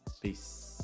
peace